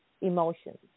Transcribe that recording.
emotions